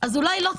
אז אולי לא צריך.